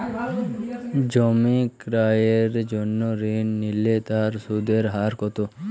জমি ক্রয়ের জন্য ঋণ নিলে তার সুদের হার কতো?